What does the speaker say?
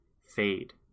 fade